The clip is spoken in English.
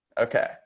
Okay